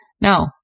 no